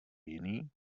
jiný